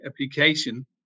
application